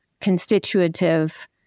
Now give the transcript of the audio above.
constitutive